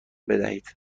بدهید